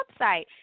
website